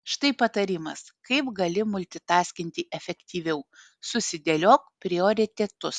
štai patarimas kaip gali multitaskinti efektyviau susidėliok prioritetus